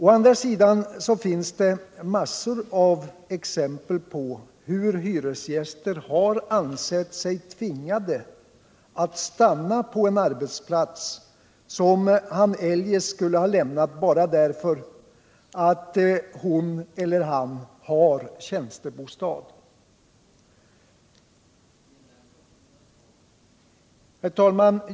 Å andra sidan finns det massor av exempel på hur hyresgäster ansett sig tvingade att stanna kvar på en arbetsplats som han eljest skulle ha lämnat bara därför att hon eller han har tjänstebostad. Herr talman!